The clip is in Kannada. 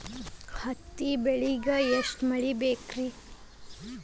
ಹತ್ತಿ ಬೆಳಿಗ ಎಷ್ಟ ಮಳಿ ಬೇಕ್ ರಿ?